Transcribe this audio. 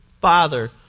father